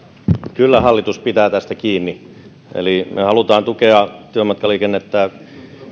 kyllä hallitus pitää tästä kiinni eli me haluamme tukea työmatkaliikennettä